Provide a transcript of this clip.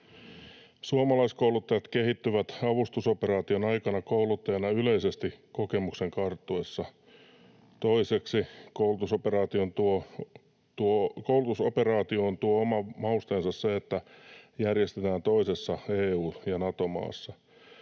Suomalaiskouluttajat kehittyvät avustusoperaation aikana kouluttajana yleisesti kokemuksen karttuessa. Toiseksi: Koulutusoperaatioon tuo oman mausteensa se, että se järjestetään toisessa EU- ja Nato-maassa.